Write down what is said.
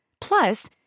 Plus